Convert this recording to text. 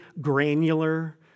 granular